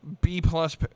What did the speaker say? B-plus